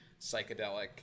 psychedelic